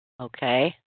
Okay